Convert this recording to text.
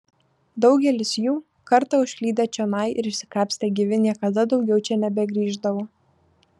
daugelis jų kartą užklydę čionai ir išsikapstę gyvi niekada daugiau čia nebegrįždavo